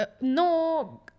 no